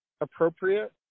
appropriate